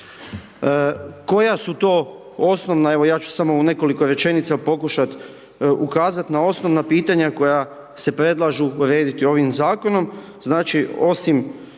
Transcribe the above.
Koja su to osnovna, evo ja ću samo u nekoliko rečenica pokušat ukazat na osnovna pitanja koja se predlažu urediti ovim zakonom, znači, osim